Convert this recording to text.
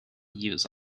use